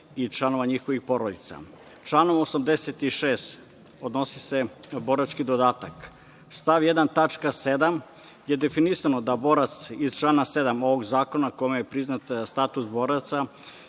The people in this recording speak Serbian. i članova njihovih porodica. Član 86. odnosi se na borački dodatak, stav 1. tačka 7. je definisano da borac iz člana 7. ovog Zakona kome je priznat status boraca,